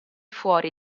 fuori